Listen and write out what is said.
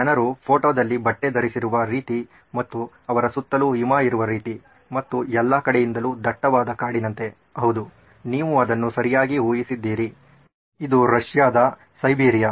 ಜನರು ಫೋಟೋದಲ್ಲಿ ಬಟ್ಟೆ ಧರಿಸಿರುವ ರೀತಿ ಮತ್ತು ಅವರ ಸುತ್ತಲೂ ಹಿಮ ಇರುವ ರೀತಿ ಮತ್ತು ಎಲ್ಲ ಕಡೆಯಿಂದಲು ದಟ್ಟವಾದ ಕಾಡಿನಂತೆ ಹೌದು ನೀವು ಅದನ್ನು ಸರಿಯಾಗಿ ಊಹಿಸಿದ್ದೀರಿ ಇದು ರಷ್ಯಾದ ಸೈಬೀರಿಯಾ